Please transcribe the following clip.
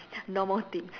no more thing